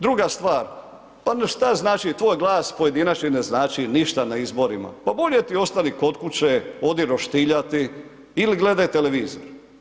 Druga stvar, šta znači tvoj glas, pojedinačni ne znači ništa na izborima, pa bolje ti ostani kod kuće, odi roštiljati, ili gledaj televizor.